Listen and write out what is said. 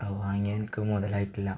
അത് വാങ്ങിയെനിക്ക് മുതലായിട്ടില്ല